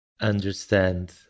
understand